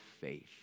faith